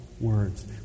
words